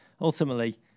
Ultimately